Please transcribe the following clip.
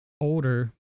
older